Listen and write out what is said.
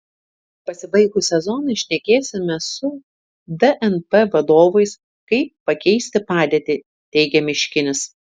pasibaigus sezonui šnekėsime su dnp vadovais kaip pakeisti padėtį teigia miškinis